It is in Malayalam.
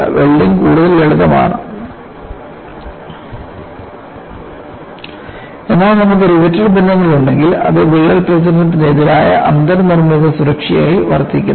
വെൽഡിംഗ് കൂടുതൽ ലളിതമാണ് എന്നാൽ നമുക്ക് റിവറ്റഡ് ബന്ധങ്ങൾ ഉണ്ടെങ്കിൽ അത് വിള്ളൽ പ്രചാരണത്തിനെതിരായ അന്തർനിർമ്മിത സുരക്ഷയായി വർത്തിക്കുന്നു